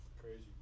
Crazy